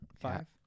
Five